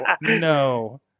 no